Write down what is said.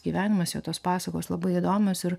gyvenimas jo tos pasakos labai įdomios ir